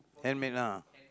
handmade ah